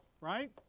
right